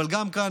אבל גם כאן,